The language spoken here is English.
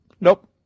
nope